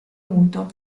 muto